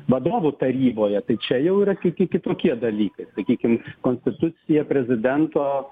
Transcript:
vadovų taryboje tai čia jau yra kiti kitokie dalykai sakykim konstitucija prezidento